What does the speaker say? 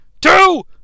Two